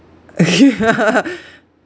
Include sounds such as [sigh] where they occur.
[laughs]